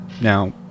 Now